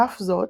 על אף זאת,